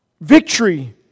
victory